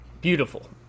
beautiful